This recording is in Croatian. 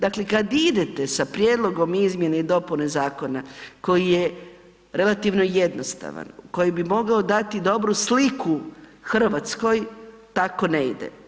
Dakle, kad vi idete sa prijedlogom izmjene i dopune zakona koji je relativno jednostavan, koji bi mogao dati dobru sliku Hrvatskoj tako ne ide.